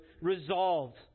resolved